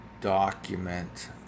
document